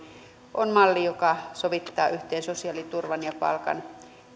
on malli joka sovittaa yhteen sosiaaliturvan ja palkan